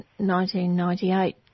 1998